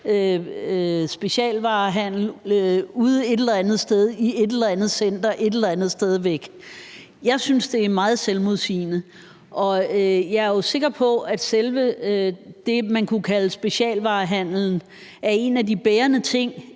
specialvarehandel ude et eller andet sted i et eller andet center et eller andet sted væk derfra. Jeg synes, det er meget selvmodsigende. Jeg er sikker på, at selve det, man kunne kalde specialevarehandelen, er en af de bærende ting